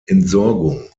entsorgung